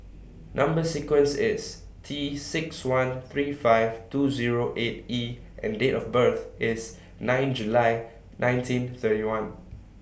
Number sequence IS T six one three five two Zero eight E and Date of birth IS nine July nineteen thirty one